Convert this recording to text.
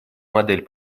модель